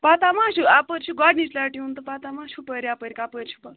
پَتہ ما چھِ اَپٲرۍ چھُ گۄڈنِچ لَٹہِ یُن تہٕ پَتہ ما چھِ ہُپٲرۍ یَپٲرۍ کَپٲرۍ چھُ